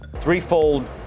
Threefold